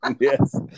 Yes